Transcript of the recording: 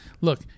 Look